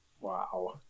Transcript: Wow